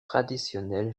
traditionnel